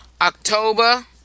October